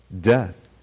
death